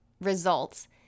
results